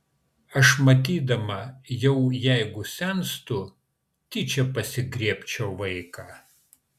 aš matydama jau jeigu senstu tyčia pasigriebčiau vaiką